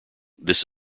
this